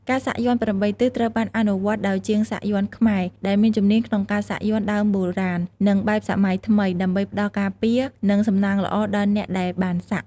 ការសាក់យ័ន្ត ៨ ទិស ត្រូវបានអនុវត្តដោយជាងសាក់យន្តខ្មែរ ដែលមានជំនាញក្នុងការសាក់យ័ន្តដើមបុរាណ និងបែបសម័យថ្មី ដើម្បីផ្ដល់ការពារ និងសំណាងល្អដល់អ្នកដែលបានសាក់។